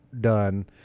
done